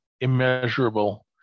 immeasurable